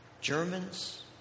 Germans